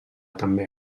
també